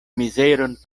mizeron